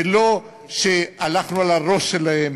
בלא שהלכנו על הראש שלהם,